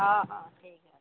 ହଁ ହଁ ଠିକ